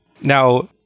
Now